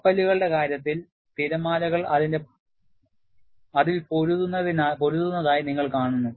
കപ്പലുകളുടെ കാര്യത്തിൽ തിരമാലകൾ അതിൽ പൊരുതുന്നതായി നിങ്ങൾ കാണുന്നു